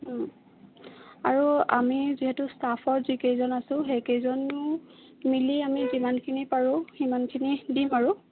আৰু আমি যিহেতু ষ্টাফৰ যিকেইজন আছোঁ সেইকেইজনো মিলি আমি যিমানখিনি পাৰোঁ সিমানখিনি দিম আৰু